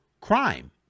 crime